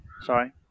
sorry